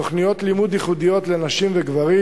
תוכניות לימוד ייחודיות לנשים וגברים,